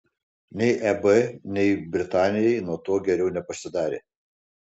nei eb nei britanijai nuo to geriau nepasidarė